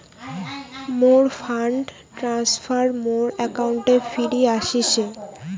মোর fund transfer মোর অ্যাকাউন্টে ফিরি আশিসে